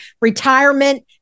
Retirement